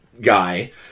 guy